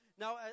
Now